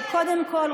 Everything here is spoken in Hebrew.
קודם כול,